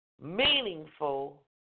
meaningful